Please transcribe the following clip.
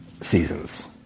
seasons